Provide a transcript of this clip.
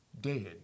dead